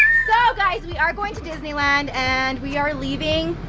so, guys, we are going to disneyland and we are leaving